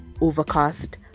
Overcast